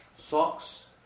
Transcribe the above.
Socks